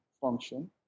function